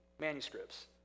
manuscripts